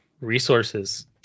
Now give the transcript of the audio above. resources